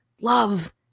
love